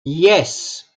yes